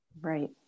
Right